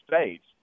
States